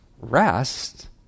rest